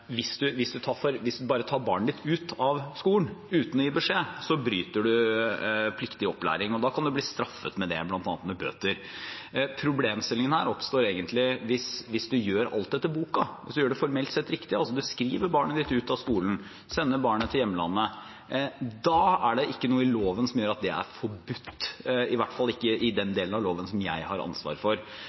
gi beskjed, bryter man pliktig opplæring, og da kan man bli straffet for det, bl.a. med bøter. Problemstillingen oppstår egentlig hvis man gjør alt etter boka, hvis man gjør det formelt sett riktig og skriver barnet sitt ut av skolen og sender det til hjemlandet. Da er det ikke noe i loven som sier at det er forbudt, i hvert fall ikke i den delen av loven som jeg har ansvar for.